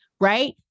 right